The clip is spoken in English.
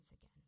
again